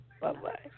Bye-bye